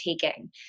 taking